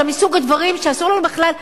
זה מסוג הדברים שאסור לנו בכלל,